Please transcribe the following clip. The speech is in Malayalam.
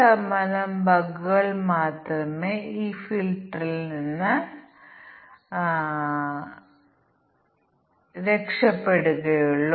തീരുമാന പട്ടികയിൽ നിങ്ങൾ ഇവിടെ കാണുകയാണെങ്കിൽ മേശയുടെ മുകളിൽ ദൃശ്യമാകുന്ന വ്യവസ്ഥകൾ ഞങ്ങൾക്കുണ്ട്